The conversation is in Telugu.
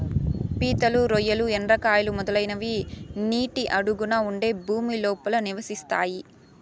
పీతలు, రొయ్యలు, ఎండ్రకాయలు, మొదలైనవి నీటి అడుగున ఉండే భూమి లోపల నివసిస్తాయి